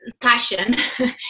passion